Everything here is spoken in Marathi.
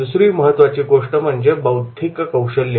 दुसरी महत्त्वाची गोष्ट म्हणजे बौद्धिक कौशल्य